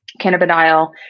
cannabidiol